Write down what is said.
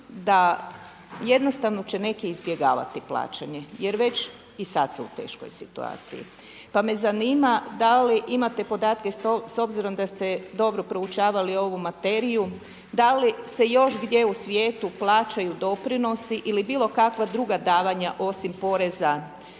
da jednostavno će neki izbjegavati plaćanje jer već i sad su u teškoj situaciji. Pa me zanima da li imate podatke s obzirom da ste dobro proučavali ovu materiju, da li se još gdje u svijetu plaćaju doprinosi ili bilo kakva druga davanja osim poreza